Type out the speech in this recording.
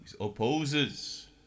opposes